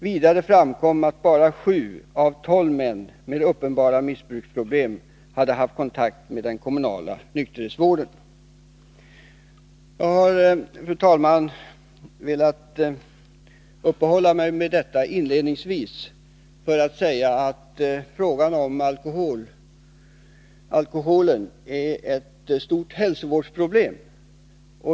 Vidare framkom att bara 7 av 12 män med uppenbara missbruksproblem hade haft kontakt med den kommunala nykterhetsvården.” Jag har, fru talman, velat uppehålla mig vid detta inledningsvis för att säga att frågan om alkoholen är ett stort hälsovårdsproblem.